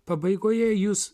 pabaigoje jūs